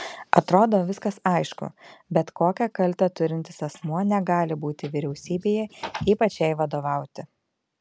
atrodo viskas aišku bet kokią kaltę turintis asmuo negali būti vyriausybėje ypač jai vadovauti